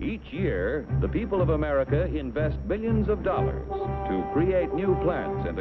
each year the people of america invest billions of dollars to bring a new plan